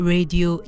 Radio